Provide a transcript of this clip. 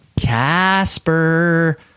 Casper